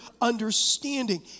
understanding